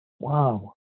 wow